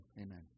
Amen